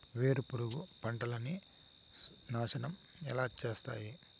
వేరుపురుగు పంటలని నాశనం ఎలా చేస్తాయి?